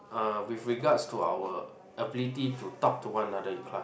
uh with regards to our ability to talk to one another in class